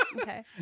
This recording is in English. Okay